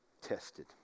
tested